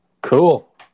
Cool